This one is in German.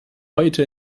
heute